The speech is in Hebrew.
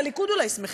בליכוד אולי שמחים.